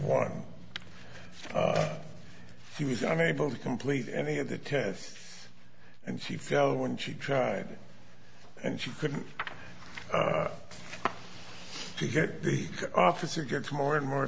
one she was unable to complete any of the tests and she fell when she tried and she could to get the officer gets more and more